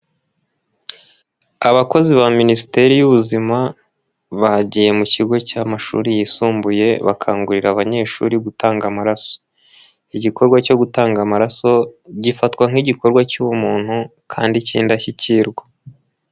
Abakozi ba Minisiteri y'ubuzima ,bagiye mu kigo cy'amashuri yisumbuye, bakangurira abanyeshuri gutanga amaraso. Igikorwa cyo gutanga amaraso, gifatwa nk'igikorwa cy'ubumuntu kandi cy'indashyikirwa.